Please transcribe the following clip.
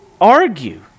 argue